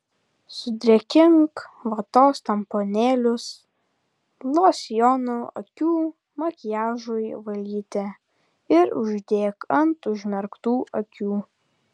sudrėkink vatos tamponėlius losjonu akių makiažui valyti ir uždėk ant užmerktų akių